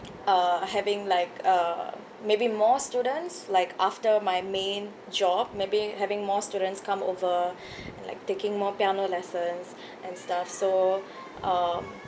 uh having like uh maybe more students like after my main job maybe having more students come over like taking more piano lessons and stuff so um